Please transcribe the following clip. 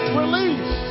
release